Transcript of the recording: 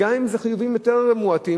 וגם אם זה חיובים יותר מועטים,